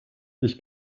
ich